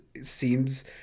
seems